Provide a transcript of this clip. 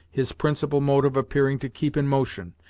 his principal motive appearing to keep in motion,